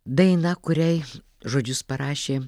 daina kuriai žodžius parašė